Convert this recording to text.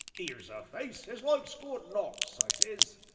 ere's a face as likes good knocks i says,